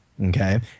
Okay